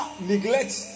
neglect